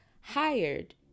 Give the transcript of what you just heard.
hired